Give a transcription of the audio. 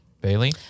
Bailey